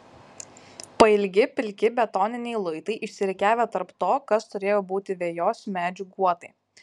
pailgi pilki betoniniai luitai išsirikiavę tarp to kas turėjo būti vejos medžių guotai